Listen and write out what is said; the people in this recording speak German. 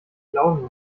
glauben